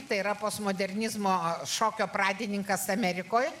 tai yra postmodernizmo šokio pradininkas amerikoj